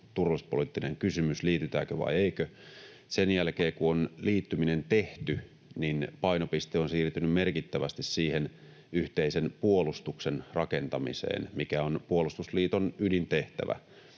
turvallisuuspoliittinen kysymys, liitytäänkö vai eikö. Sen jälkeen, kun on liittyminen tehty, painopiste on siirtynyt merkittävästi siihen yhteisen puolustuksen rakentamiseen, mikä on puolustusliiton ydintehtävä.